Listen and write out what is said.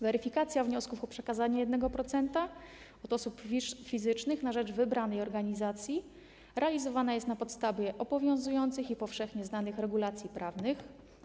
Weryfikacja wniosków o przekazanie 1% podatku od osób fizycznych na rzecz wybranej organizacji realizowana jest na podstawie obowiązujących i powszechnie znanych regulacji prawnych.